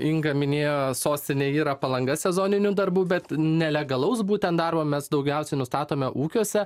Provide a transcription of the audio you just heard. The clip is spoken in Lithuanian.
inga minėjo sostinė yra palanga sezoninių darbų bet nelegalaus būtent darbo mes daugiausiai nustatome ūkiuose